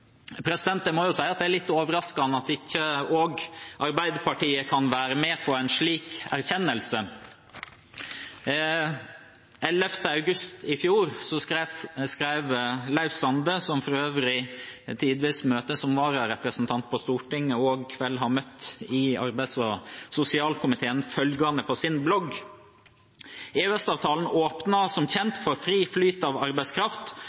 må si det er litt overraskende at ikke også Arbeiderpartiet kan være med på en slik erkjennelse. Den 11. august i fjor skrev Leif Sande, som for øvrig tidvis møter som vararepresentant på Stortinget og har møtt i arbeids- og sosialkomiteen, følgende på sin blogg: «EØS avtalen åpner som kjent for fri flyt av arbeidskraft,